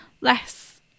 less